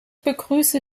begrüße